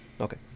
Okay